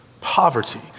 poverty